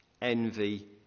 envy